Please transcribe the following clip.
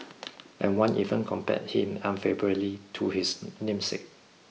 and one even compared him unfavourably to his namesake